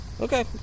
okay